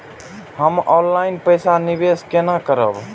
हम ऑनलाइन पैसा निवेश केना करब?